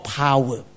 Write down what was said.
power